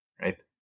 right